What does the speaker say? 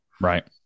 Right